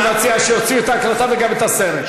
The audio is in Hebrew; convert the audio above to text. אני מציע שיוציאו את ההקלטה, וגם את הסרט.